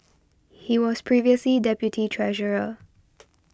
he was previously deputy treasurer